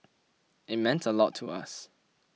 it meant a lot to us